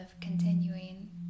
continuing